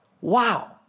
Wow